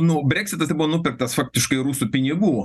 nu breksitas tai buvo nupirktas faktiškai rusų pinigų